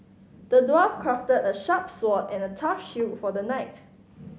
the dwarf crafted a sharp sword and a tough shield for the knight